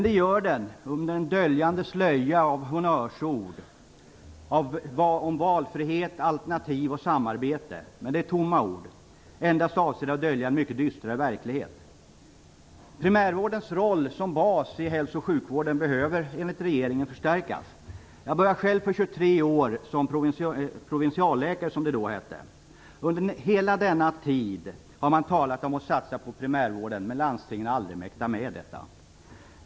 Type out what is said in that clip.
Det gör den under en döljande slöja av honnörsord om valfrihet, alternativ och samarbete. Men det är tomma ord, endast avsedda att dölja en mycket dystrare verklighet. Primärvårdens roll som bas i hälso och sjukvården behöver, enligt regeringen, förstärkas. Jag började själv för 23 år sedan som provinsialläkare, som det då hette. Under hela denna tid har man talat om att satsa på primärvården, men landstingen har aldrig mäktat med detta.